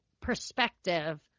perspective